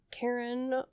Karen